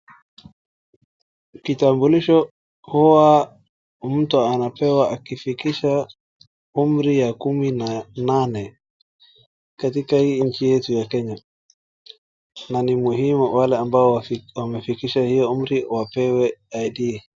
Kitambulisho huwa mtu anapewa akifikisha umri ya kumi na nane katika hii nchi yetu ya Kenya, na ni muhimu wale ambao wamefikisha hio umri wapewe ID .